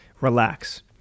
relax